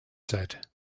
said